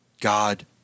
God